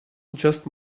just